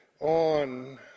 on